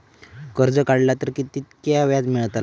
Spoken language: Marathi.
कर्ज काडला तर कीतक्या व्याज मेळतला?